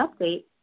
update